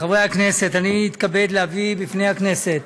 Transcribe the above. חברי הכנסת, אני מתכבד להביא בפני הכנסת